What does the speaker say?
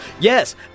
Yes